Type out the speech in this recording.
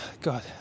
God